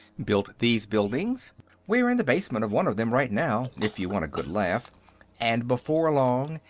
built these buildings we're in the basement of one of them, right now, if you want a good laugh and before long,